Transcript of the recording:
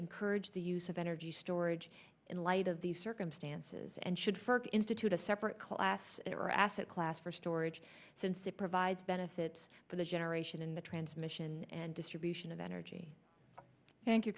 encourage the use of energy storage in light of these circumstances and should first institute a separate class or asset class for storage since it provides benefits for the generation in the transmission and distribution of energy thank